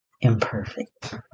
imperfect